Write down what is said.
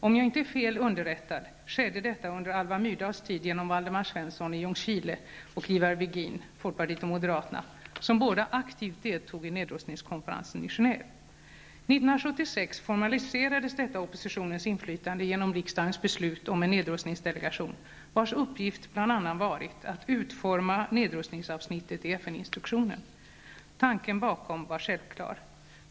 Om jag inte är fel underrättad skedde detta under Alva Myrdals tid genom Waldemar Svensson i Ljungskile och 1976 formaliserades detta oppositionens inflytande genom riksdagens beslut om en nedrustningsdelegation, vars uppgift bl.a. varit att utforma nedrustningsavsnittet i FN-instruktionen. Tanken bakom var självklar.